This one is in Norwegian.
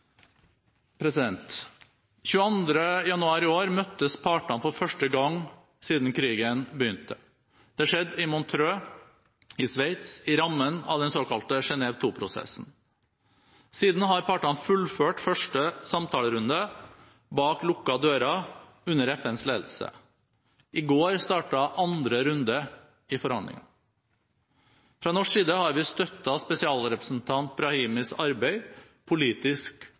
januar i år møttes partene for første gang siden krigen begynte. Det skjedde i Montreux i Sveits i rammen av den såkalte Genève II-prosessen. Siden har partene fullført første samtalerunde bak lukkede dører under FNs ledelse. I går startet andre runde i forhandlingene. Fra norsk side har vi støttet spesialrepresentant Brahimis arbeid politisk